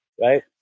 right